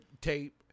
tape